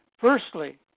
Firstly